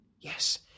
Yes